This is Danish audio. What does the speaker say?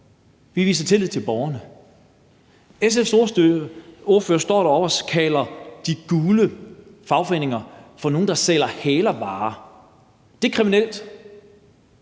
Vi viser tillid til borgerne. SF's ordfører står på talerstolen og sammenligner de gule fagforeninger med nogle, der sælger hælervarer. Det er kriminelt.